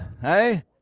Hey